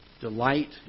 delight